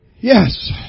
yes